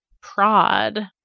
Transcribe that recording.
prod